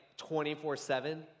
24-7